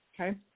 Okay